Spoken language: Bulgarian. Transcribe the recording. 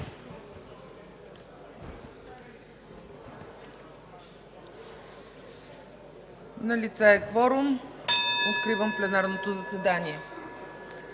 Налице е кворум, откривам пленарното заседание.